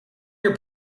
your